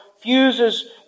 Fuses